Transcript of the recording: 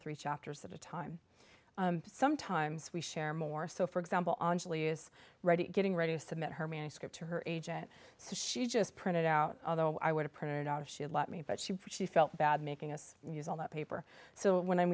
three chapters at a time sometimes we share more so for example anjali is ready getting ready to submit her manuscript to her agent so she just printed out although i would have printed out if she had let me but she felt bad making us use all that paper so when